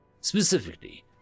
specifically